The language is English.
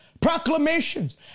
proclamations